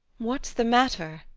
what's the matter?